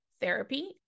therapy